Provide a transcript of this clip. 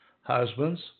Husbands